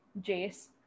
Jace